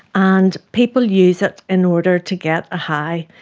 and people use it in order to get a high.